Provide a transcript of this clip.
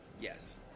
Yes